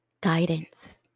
guidance